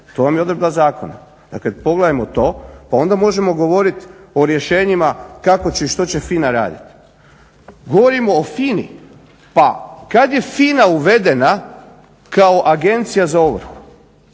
to vam je odredba zakona. dakle pogledajmo to pa onda možemo govoriti o rješenjima kako će i što će FINA raditi. Govorimo o FINA-i, pa kada je FINA uvedena kao agencija za ovrhu?